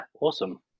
awesome